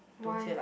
why